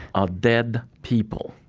are dead people.